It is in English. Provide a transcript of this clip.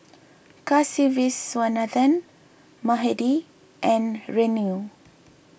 Kasiviswanathan Mahade and Renu